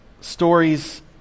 stories